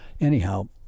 Anyhow